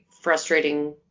frustrating